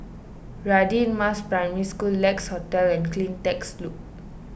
Radin Mas Primary School Lex Hotel and CleanTech Loop